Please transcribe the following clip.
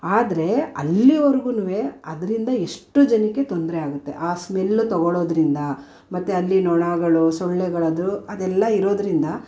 ಆದರೆ ಅಲ್ಲಿವರ್ಗುನೂ ಅದರಿಂದ ಎಷ್ಟು ಜನಕ್ಕೆ ತೊಂದರೆಯಾಗುತ್ತೆ ಆ ಸ್ಮೆಲ್ ತಗೋಳೋದ್ರಿಂದ ಮತ್ತು ಅಲ್ಲಿ ನೊಣಗಳು ಸೊಳ್ಳೆಗಳದ್ದೂ ಅದೆಲ್ಲ ಇರೋದರಿಂದ